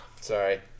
Sorry